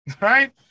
right